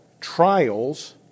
trials